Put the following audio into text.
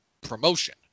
promotion